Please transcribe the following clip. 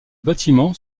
bâtiment